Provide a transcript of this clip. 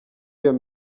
iyo